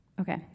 okay